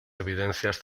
evidencias